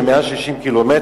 זה 160 קילומטר,